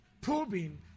probing